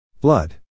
Blood